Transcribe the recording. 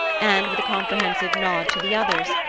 and, with a comprehensive nod to the others,